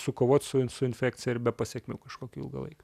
sukovot su su infekcija ir be pasekmių kažkokių ilgalaikių